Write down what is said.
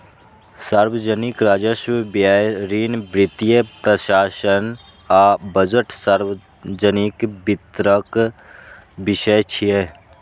सार्वजनिक राजस्व, व्यय, ऋण, वित्तीय प्रशासन आ बजट सार्वजनिक वित्तक विषय छियै